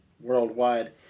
worldwide